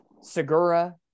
Segura